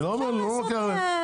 אני לא לוקח להם --- אפשר לעשות תמהיל.